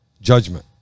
judgment